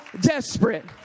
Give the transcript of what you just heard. desperate